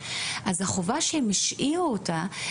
אז החובה שהם השאירו אותה,